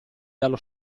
dallo